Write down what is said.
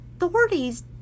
authorities